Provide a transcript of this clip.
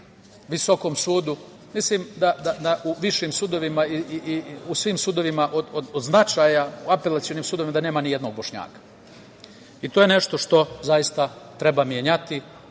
u visokom sudu. Mislim da u višim sudovima i u svim sudovima od značaja, u apelacionim sudovima, da nema ni jednog Bošnjaka. To je nešto što zaista treba menjati